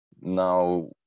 now